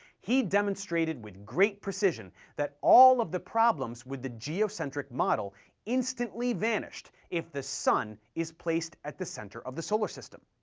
he demonstrated with great precision that all of the problems with the geocentric model instantly vanished if the sun is placed at the center of the solar system.